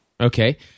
Okay